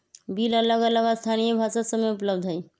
bill अलग अलग स्थानीय भाषा सभ में उपलब्ध हइ